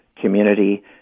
community